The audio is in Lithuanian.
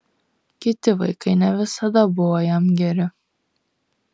kiti vaikai ne visada buvo jam geri